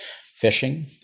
fishing